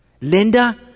Linda